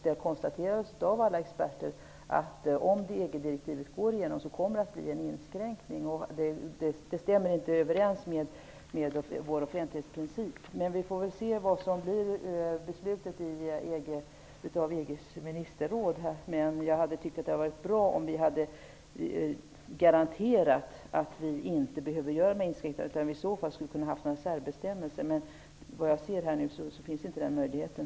Där konstaterade alla experter att det kommer att ske en inskränkning om EG-direktivet går igenom. Det stämmer inte överens med vår offentlighetsprincip. Men vi får se vad EG:s ministerråd beslutar. Det hade varit bra om vi hade garanterat att vi inte behöver göra några inskränkningar utan i stället skulle ha kunnat ha några särbestämmelser. Men som jag ser det nu finns inte den möjligheten.